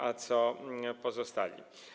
A co pozostali?